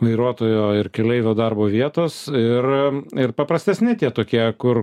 vairuotojo ir keleivio darbo vietos ir ir paprastesni tie tokie kur